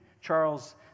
Charles